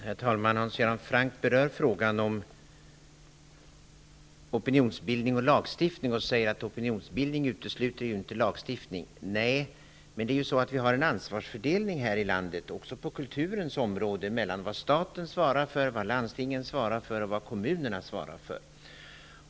Herr talman! Hans Göran Franck säger att opinionsbildning inte utsluter lagstiftning. Nej, men vi har ju en ansvarsfördelning här i landet också på kulturens område mellan vad staten svarar för, vad landstingen svarar för och vad kommunerna svarar för.